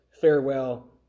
farewell